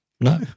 No